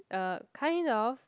uh kind of